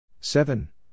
Seven